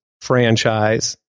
franchise